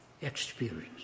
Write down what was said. experience